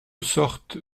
sorte